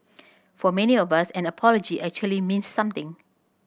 for many of us an apology actually means something